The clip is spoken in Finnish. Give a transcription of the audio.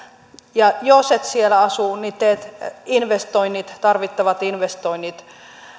ja jos et siellä asu niin teet tarvittavat investoinnit